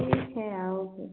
ठीक है आओ फिर